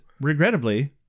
regrettably